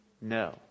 No